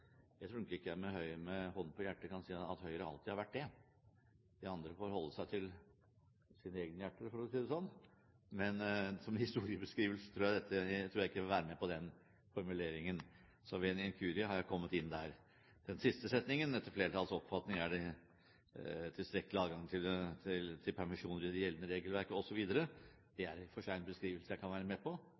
Jeg tror nok ikke jeg med hånden på hjertet kan si at Høyre alltid har vært det. De andre får holde seg til sine egne hjerter, for å si det sånn. Men som historiebeskrivelse tror jeg ikke jeg vil være med på den formuleringen. Ved en inkurie har jeg kommet med her. Den siste setningen, der det står at etter flertallets oppfatning er det tilstrekkelig adgang til permisjoner i det gjeldende regelverk, osv., er i og for seg en beskrivelse jeg kan være med på.